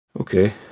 Okay